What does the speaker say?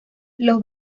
los